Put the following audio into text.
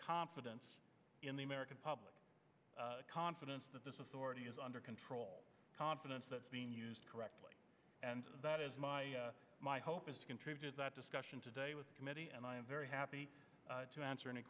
confidence in the american public confidence that this is already is under control confidence that's being used correctly and that is my my hope is to contribute that discussion today with the committee and i am very happy to answer any